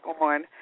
on